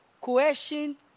Coercion